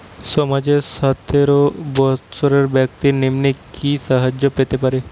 সমাজের সতেরো বৎসরের ব্যাক্তির নিম্নে কি সাহায্য পেতে পারে?